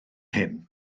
hyn